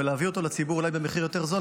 ולהביא אותו לציבור אולי במחיר יותר זול,